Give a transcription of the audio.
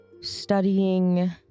Studying